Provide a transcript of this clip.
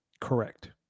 Correct